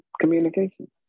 communication